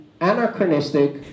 anachronistic